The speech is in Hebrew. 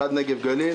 אחת של הנגב והגליל,